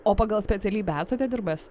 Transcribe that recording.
o pagal specialybę esate dirbęs